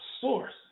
source